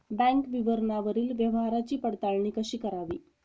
Bank विवरणावरील व्यवहाराची पडताळणी कशी करावी?